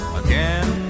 again